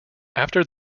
after